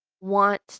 want